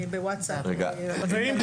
בווטסאפ וכולי.